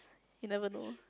you never know